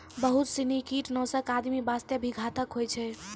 बहुत सीनी कीटनाशक आदमी वास्तॅ भी घातक होय छै